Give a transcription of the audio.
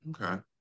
okay